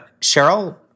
Cheryl